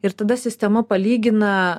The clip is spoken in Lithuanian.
ir tada sistema palygina